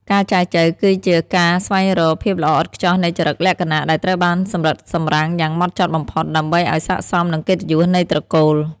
ការចែចូវគឺជាការស្វែងរក "ភាពល្អឥតខ្ចោះនៃចរិតលក្ខណៈ" ដែលត្រូវបានសម្រិតសម្រាំងយ៉ាងហ្មត់ចត់បំផុត ដើម្បីឱ្យស័ក្តិសមនឹងកិត្តិយសនៃត្រកូល។